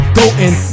goin